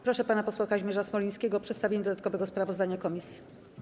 Proszę pana posła Kazimierza Smolińskiego o przedstawienie dodatkowego sprawozdania komisji.